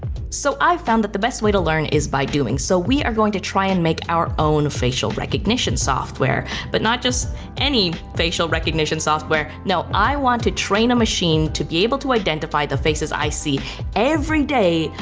so i've found that the best way to learn is by doing, so we are going to try and make our own facial recognition software, but not just any facial recognition software. no, i want to train a machine to be able to identify the faces i see every day,